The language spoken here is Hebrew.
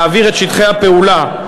להעביר את שטחי הפעולה: